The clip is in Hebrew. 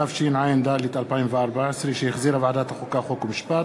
התשע"ד 2014, שהחזירה ועדת החוקה, חוק ומשפט,